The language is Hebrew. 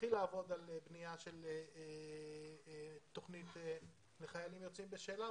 התחיל לעבוד על בנייה של תוכנית לחיילים יוצאים בשאלה,